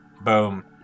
Boom